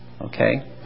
okay